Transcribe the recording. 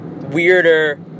weirder